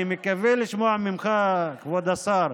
אני מקווה לשמוע ממך, כבוד השר,